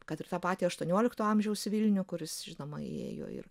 kad ir tą patį aštuoniolikto amžiaus vilnių kuris žinoma įėjo ir